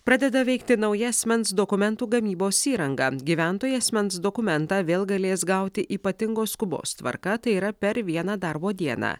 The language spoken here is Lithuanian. pradeda veikti nauja asmens dokumentų gamybos įranga gyventojai asmens dokumentą vėl galės gauti ypatingos skubos tvarka tai yra per vieną darbo dieną